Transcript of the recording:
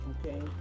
okay